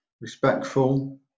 respectful